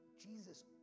Jesus